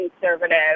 conservative